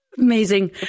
Amazing